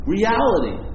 Reality